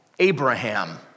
Abraham